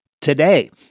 today